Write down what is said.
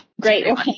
Great